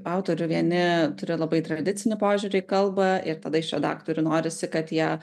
autorių vieni turi labai tradicinį požiūrį į kalbą ir tada iš redaktorių norisi kad jie